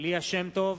ליה שמטוב,